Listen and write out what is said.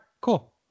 cool